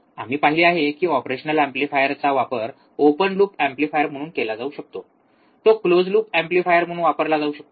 आम्ही पाहिले आहे की ऑपरेशनल एम्पलीफायरचा वापर ओपन लूप एम्पलीफायर म्हणून केला जाऊ शकतो तो क्लोज लूप एम्पलीफायर म्हणून वापरला जाऊ शकतो